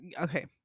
okay